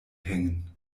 hängen